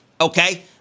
okay